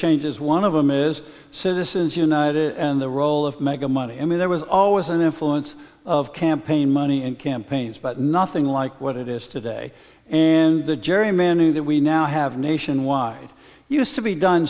changes one of them is citizens united and the role of mega money i mean there was always an influence of campaign money in campaigns but nothing like what it is today and the jury men knew that we now have nationwide used to be done